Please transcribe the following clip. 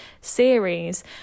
series